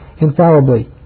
infallibly